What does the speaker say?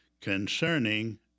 concerning